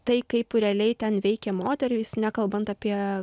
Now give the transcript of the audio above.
tai kaip realiai ten veikė moterys nekalbant apie